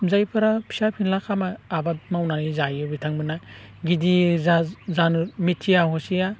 नुजायैफोरा फिसा फेनला खामा आबाद मावनानै जायो बिथांमोनहा गिदिर जानो मिन्थिया हसिया